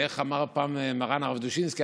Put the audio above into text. איך אמר פעם מרן הרב דושינסקי?